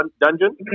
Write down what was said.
dungeon